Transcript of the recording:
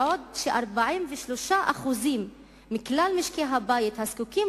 בעוד ש-43% מכלל משקי-הבית הזקוקים